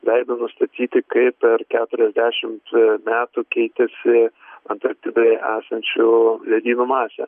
leido nustatyti kaip per keturiasdešimt metų keitėsi antarktidoje esančių ledynų masė